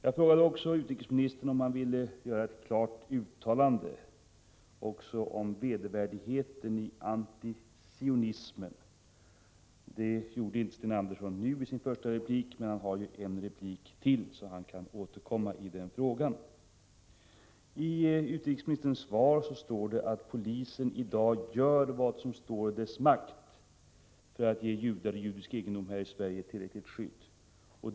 Jag frågade också utrikesministern om han ville göra ett klart uttalande även beträffande vedervärdigheten i antisionismen. Det gjorde inte Sten Andersson i sitt första inlägg, men han har ju ytterligare ett inlägg, så han kan återkomma i den frågan. I utrikesministerns svar heter det att polisen i dag gör vad som står i dess makt för att ge judar och judisk egendom här i Sverige ett tillräckligt skydd.